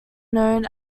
known